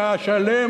שהשלם,